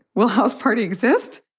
will house party exist?